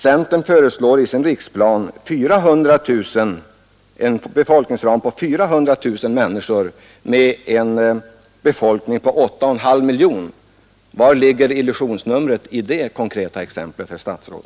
Centern föreslår i sin riksplan en befolkningsram på 400 000 vid en befolkning på 8,5 miljoner. Var ligger illusionsnumret i detta konkreta exempel, herr statsråd?